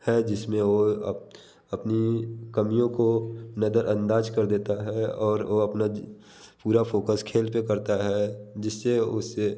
है जिसमें वो अपनी कमियों को नजर अंदाज कर देता है और वो अपना पूरा फोकस खेल पे करता है जिससे उसे